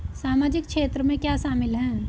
सामाजिक क्षेत्र में क्या शामिल है?